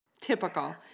Typical